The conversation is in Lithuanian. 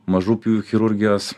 mažų pjūvių chirurgijos